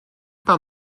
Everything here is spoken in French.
par